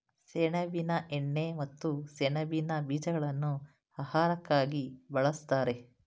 ಸೆಣಬಿನ ಎಣ್ಣೆ ಮತ್ತು ಸೆಣಬಿನ ಬೀಜಗಳನ್ನು ಆಹಾರಕ್ಕಾಗಿ ಬಳ್ಸತ್ತರೆ